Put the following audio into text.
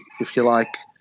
if you like,